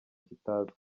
kitazwi